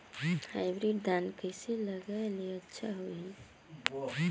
Hybrid धान कइसे लगाय ले अच्छा होही?